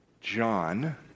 John